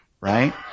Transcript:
right